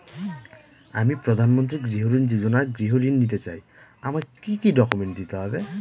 আমি প্রধানমন্ত্রী গৃহ ঋণ যোজনায় গৃহ ঋণ নিতে চাই আমাকে কি কি ডকুমেন্টস দিতে হবে?